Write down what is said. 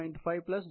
5 plus 0